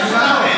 תן לי לענות.